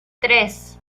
tres